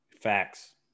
Facts